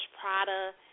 Prada